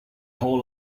hold